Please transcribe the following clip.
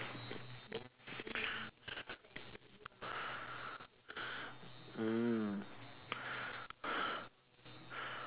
mm